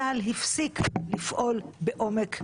צה"ל הפסיק לפעול בעומק ג'נין,